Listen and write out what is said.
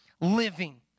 living